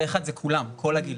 זה כולם, כל הגילאים.